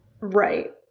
Right